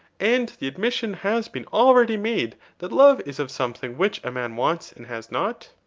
and the admission has been already made that love is of something which a man wants and has not?